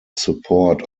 support